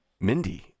Mindy